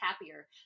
happier